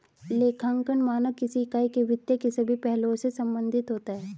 लेखांकन मानक किसी इकाई के वित्त के सभी पहलुओं से संबंधित होता है